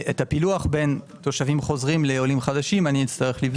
את הפילוח בין תושבים חוזרים לעולים חדשים אצטרך לבדוק.